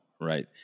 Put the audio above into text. right